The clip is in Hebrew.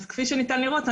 כפי שניתן לראות,